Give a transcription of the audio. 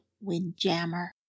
windjammer